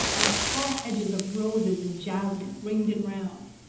while tall hedges of roses and jasmine ringed it round,